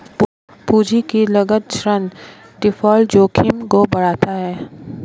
पूंजी की लागत ऋण डिफ़ॉल्ट जोखिम को बढ़ाता है